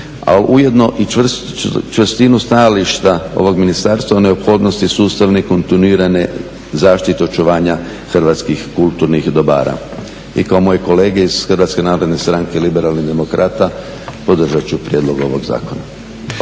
ujedno i čvrstinu stajališta ovog ministarstva o neophodnosti sustavne i kontinuirane zaštite očuvanja hrvatskih kulturnih dobara. I kao moji kolege iz HNS-a podržat ću prijedlog ovog zakona.